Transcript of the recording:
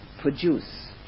produce